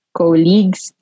colleagues